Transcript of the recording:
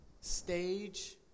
stage